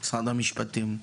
משרד המשפטים.